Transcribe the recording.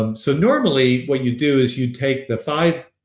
um so normally what you do is you'd take the five